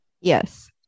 Yes